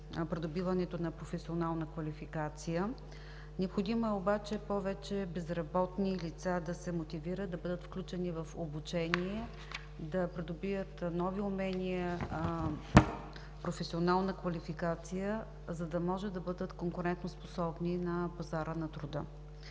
придобиването на професионална квалификация. Необходимо е обаче повече безработни лица да се мотивират, да бъдат включени в обучение, да придобият нови умения и професионална квалификация, за да бъдат конкурентоспособни на пазара на труда.